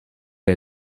bij